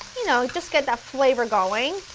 you know just get that flavor going.